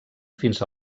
fins